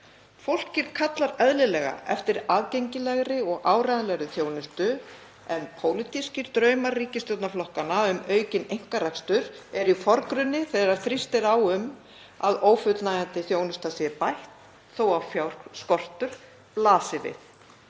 Fólkið kallar eðlilega eftir aðgengilegri og áreiðanlegri þjónustu en pólitískir draumar ríkisstjórnarflokkanna um aukinn einkarekstur eru í forgrunni þegar þrýst er á um að ófullnægjandi þjónusta sé bætt þó að fjárskortur blasi við.